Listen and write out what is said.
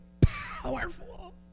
powerful